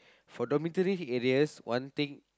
for dormitory areas one thing